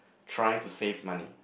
trying to save money